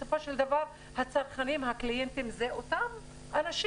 בסופו של דבר הצרכנים, הקליינטים, זה אותם אנשים.